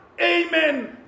amen